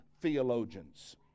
theologians